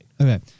Okay